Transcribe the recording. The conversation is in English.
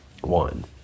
one